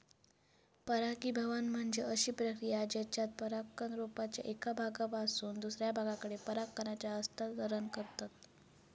परागीभवन म्हणजे अशी प्रक्रिया जेच्यात परागकण रोपाच्या एका भागापासून दुसऱ्या भागाकडे पराग कणांचा हस्तांतरण करतत